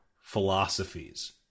philosophies